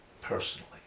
personally